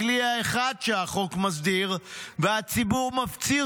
הכלי האחד שהחוק מסדיר והציבור מפציר